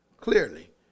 clearly